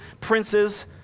princes